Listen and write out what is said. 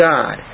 God